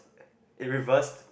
it reversed to